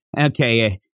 okay